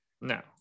No